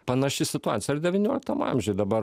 panaši situacija ir devynioliktam amžiuj dabar